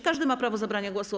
Każdy ma prawo zabrania głosu.